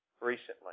recently